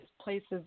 places